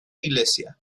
iglesia